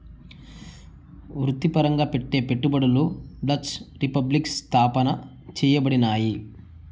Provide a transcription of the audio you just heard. వృత్తిపరంగా పెట్టే పెట్టుబడులు డచ్ రిపబ్లిక్ స్థాపన చేయబడినాయి